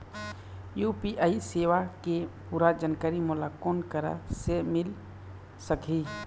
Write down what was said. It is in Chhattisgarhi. यू.पी.आई सेवा के पूरा जानकारी मोला कोन करा से मिल सकही?